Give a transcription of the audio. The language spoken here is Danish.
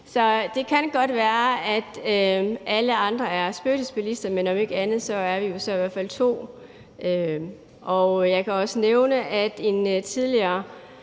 Så det kan godt være, at alle andre er spøgelsesbilister, men om ikke andet er vi så i hvert fald to, der ikke er det. Jeg kan også nævne, at en tidligere